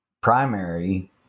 primary